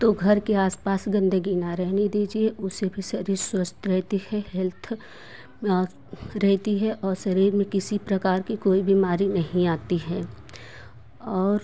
तो घर के आसपास गंदगी न रहने दीजिए उससे भी शरीर स्वस्थ रहती है हेल्थ रहती है और शरीर में किसी प्रकार की कोई बीमारी नहीं आती है और